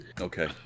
okay